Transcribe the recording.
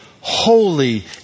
holy